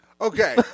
Okay